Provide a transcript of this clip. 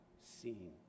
seen